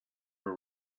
were